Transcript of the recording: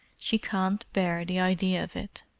she can't bear the idea of it.